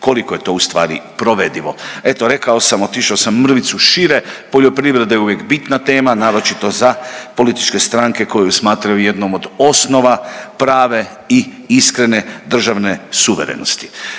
koliko je to u stvari provedivo. Eto rekao sam, otišao sam mrvicu šire. Poljoprivreda je uvijek bitna tema naročito za političke stranke koji ju smatraju jednom od osnova prave i iskrene državne suverenosti.